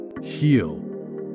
HEAL